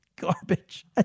Garbage